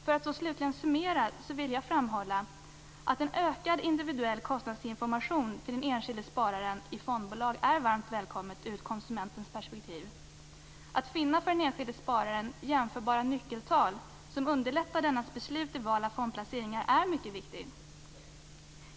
För att summera vill jag framhålla att en ökad individuell kostnadsinformation till den enskilde spararen i fondbolag är varmt välkommen ur konsumentens perspektiv. Att finna för den enskilde spararen jämförbara nyckeltal, som underlättar dennes beslut i val av fondplaceringar, är mycket viktigt.